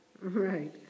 Right